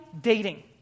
dating